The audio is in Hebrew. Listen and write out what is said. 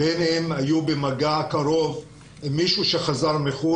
בין אם הם היו במגע קרוב עם מישהו שחזר מחוץ